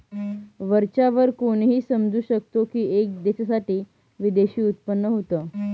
वरच्या वर कोणीही समजू शकतो की, एका देशासाठी विदेशी उत्पन्न होत